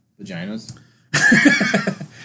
vaginas